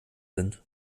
sind